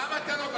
למה אתה לא בקיא?